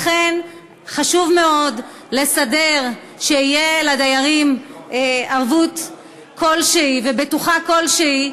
לכן חשוב מאוד לסדר שתהיה לדיירים ערבות כלשהי ובטוחה כלשהי,